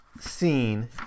scene